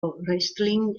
wrestling